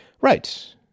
Right